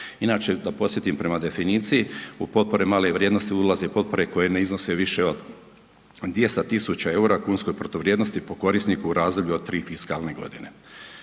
Inače da podsjetim prema definiciji u potpore male vrijednosti ulaze potpore koje ne iznose više od 200000 eura kunske protuvrijednosti po korisniku u razdoblju od tri fiskalne godine.